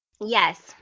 Yes